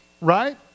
Right